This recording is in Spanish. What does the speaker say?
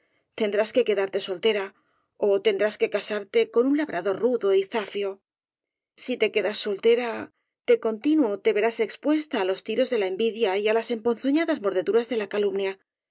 tendrás que quedarte soltera ó tendrás que casarte con un labrador rudo y zafio si te quedas soltera de continuo te verás expuesta á los tiros de la envidia y á las emponzo ñadas mordeduras de la calumnia